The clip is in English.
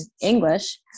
English